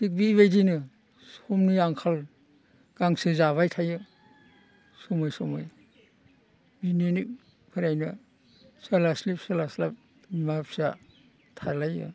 थिग बेबायदिनो समनि आंखाल गांसो जाबाय थायो समै समै बिनिनोफ्रायनो सोलास्लिब सोलास्लाब बिमा फिसा थालायो